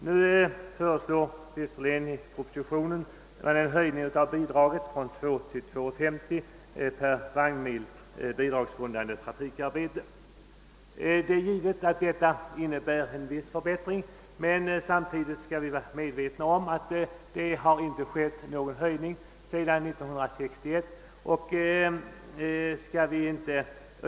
Nu föreslås i propositionen en höjning av bidraget från 2 kronor till 2 kronor och 50 öre per vagnmil bidragsgrundande trafikarbete. Detta innebär givetvis en viss förbättring, men samtidigt skall vi vara medvetna om att ingen höjning har genomförts sedan 1961.